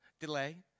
Delay